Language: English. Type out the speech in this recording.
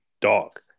dog